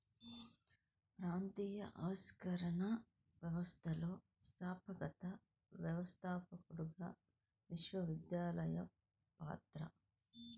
ప్రాంతీయ ఆవిష్కరణ వ్యవస్థలో సంస్థాగత వ్యవస్థాపకుడిగా విశ్వవిద్యాలయం పాత్ర